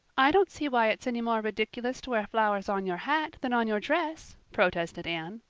i don't see why it's any more ridiculous to wear flowers on your hat than on your dress, protested anne.